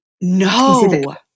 No